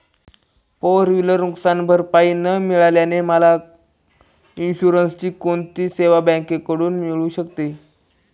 Four wheeler नुकसानभरपाई न मिळाल्याने मला इन्शुरन्सची कोणती सेवा बँकेकडून मिळू शकते?